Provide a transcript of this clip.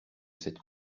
cette